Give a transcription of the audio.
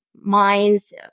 Minds